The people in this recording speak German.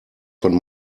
von